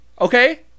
okay